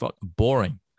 boring